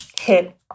hit